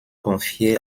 confiées